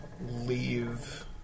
leave